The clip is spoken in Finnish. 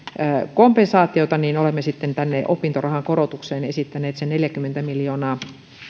kompensaatiota niin olemme sitten tänne opintorahan korotukseen esittäneet sen neljäkymmentä miljoonaa